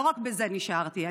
לא רק בזה נשארתי.